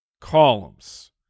columns